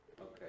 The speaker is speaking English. Okay